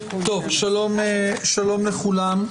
שלום לכולם.